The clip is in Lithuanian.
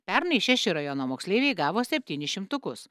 pernai šeši rajono moksleiviai gavo septynis šimtukus